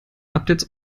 updates